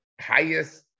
highest